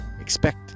Expect